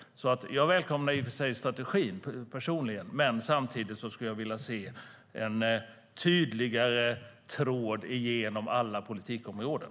Jag välkomnar alltså strategin i sig men vill se en tydligare tråd genom alla politikområden.